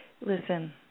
listen